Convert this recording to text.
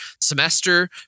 semester